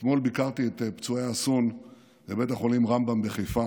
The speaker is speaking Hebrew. אתמול ביקרתי את פצועי האסון בבית החולים רמב"ם בחיפה.